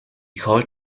called